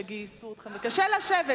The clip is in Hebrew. שגייסו אתכם וקשה לשבת,